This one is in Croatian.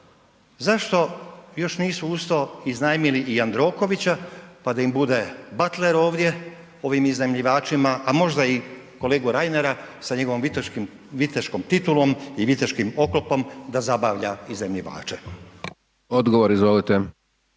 zašto još nisu uz to iznajmili i Jandrokovića pa da im bude batler ovdje, ovim iznajmljivačima, a možda i kolegu Reinera sa njegovom viteškom titulom i viteškim oklopom da zabavlja iznajmljivače. **Hajdaš Dončić,